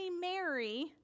Mary